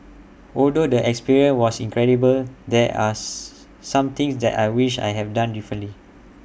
although the experience was incredible there are some things that I wish I have done differently